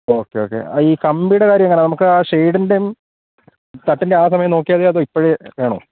okay okay ഈ കമ്പീുടെ കാര്യം എങ്ങനെ നമുക്ക് ആ ഷെയ്ഡിൻ്റെയും തട്ടിൻ്റെ ആ സമയം നോക്കിയാതെയ അതോ ഇപ്പഴേ വേണോ